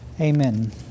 Amen